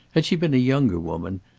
had she been a younger woman,